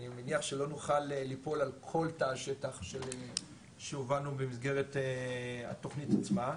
אני מניח שלא נוכל ליפול על כל תא השטח שהובלנו במסגרת התכנית עצמה.